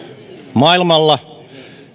maailmalla